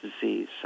disease